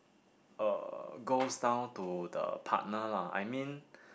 uh goes down to the partner lah I mean